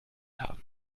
haben